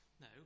No